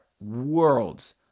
worlds